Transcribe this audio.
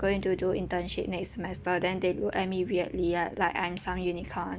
going to do internship next semester then they look at me weirdly ah like I'm some unicorn